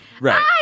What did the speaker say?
Right